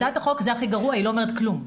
הצעת החוק זה הכי גרוע היא לא אומרת כלום.